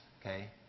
okay